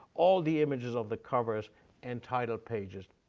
all the images of the covers and title pages,